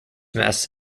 mess